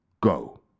Go